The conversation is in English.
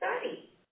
study